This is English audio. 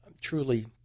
truly